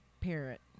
parent